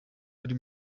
ari